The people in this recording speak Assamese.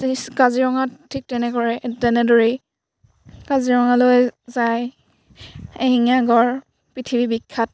কাজিৰঙাত ঠিক তেনেকৈ তেনেদৰেই কাজিৰঙালৈ যায় এশিঙীয়া গঁড় পৃথিৱী বিখ্যাত